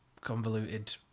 convoluted